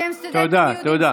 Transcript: שהם סטודנטים יהודים.